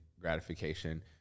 gratification